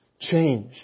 change